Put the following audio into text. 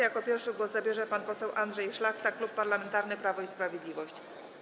Jako pierwszy głos zabierze pan poseł Andrzej Szlachta, Klub Parlamentarny Prawo i Sprawiedliwość.